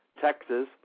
Texas